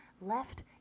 left